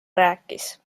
rääkis